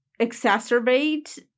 exacerbate